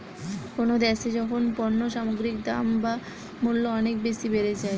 কোনো দ্যাশে যখন পণ্য সামগ্রীর দাম বা মূল্য অনেক বেশি বেড়ে যায়